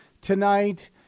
tonight